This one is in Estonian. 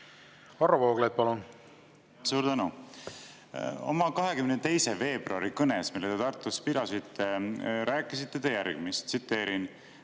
Varro Vooglaid, palun! Suur tänu! Oma 22. veebruari kõnes, mille te Tartus pidasite, rääkisite te järgmist: "Meie